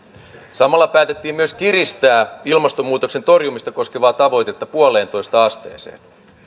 samalla päätettiin myös kiristää ilmastonmuutoksen torjumista koskevaa tavoitetta yhteen pilkku viiteen asteeseen